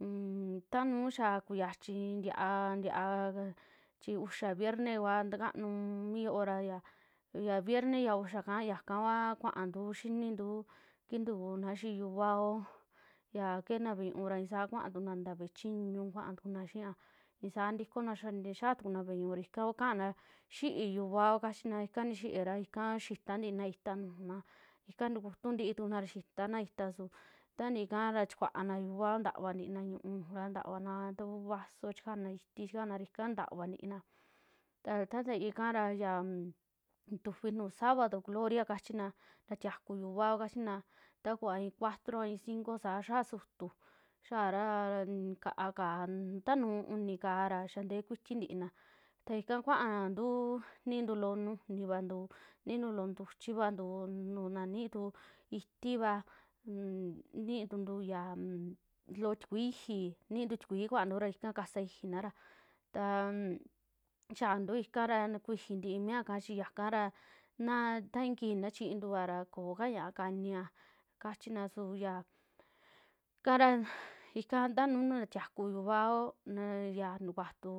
Un tanuu xaa kuxachii niaa, niaa chi u'uxa virne kua ntakanuu mi yo'o ra, ya vierne ya u'uxa ka yakakuaa kuantuu xinintu kintuuna xii yuvaao, ya keena ve'e ñiu'u ya isaa kuaana nta ve'e chiñuu, kuaatukuna xiiaa i'i saa ntikona xa ntixaa tukuna ve'e ñiu'u ikaku kaana xi'ii yiuvao kachina, ika nixi'iira, ika xiita ntiina ita'a nujunna ika ntukutu ntutukuna xitana ita'a xiitana ita'a, su tanti'i ikara chikuaana yiuvao taavantina ñiu'u nujura, ntaavana ta kuu vaso chi chika'ana iti'i chikana raika ntavantina ta tanti'i kara ya ntufi nuu sábado gloria kachina ntatiakuu yiuvao kachina, ta kuaa i'i cuatro a i'i cinco sa xi'a sutuu, xiaara ka'a káa ta nu'u uní káa ra xaa nte'e kutii ntiina, ya ika kuaantu ni'intu loo nujuni vantu ni'intu loo ntuchi vantu, naa nni'itu itivaa un ni'ituntu ya un loo tikui i'iji, nintu tikui kuantu ra ika kasaa i'ijinara, taan xiianti ika ra, kui'iji ntii mia kaa, chi yakara na ta i'i kiji na chiintua ra kooka ñia'a kania kachina suu xiaa kara, ta nu ntatiaku yuvao, na ntukuatu